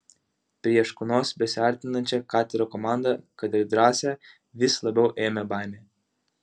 prie škunos besiartinančią katerio komandą kad ir drąsią vis labiau ėmė baimė